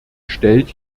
stellt